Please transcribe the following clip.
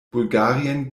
bulgarien